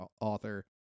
author